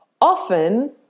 often